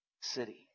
city